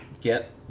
get